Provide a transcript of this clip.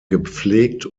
gepflegt